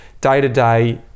day-to-day